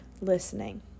listening